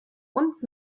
und